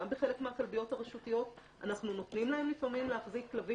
גם בחלק מהכלביות הרשותיות אנחנו נותנים להם לפעמים להחזיק כלבים